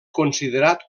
considerat